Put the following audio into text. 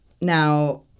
Now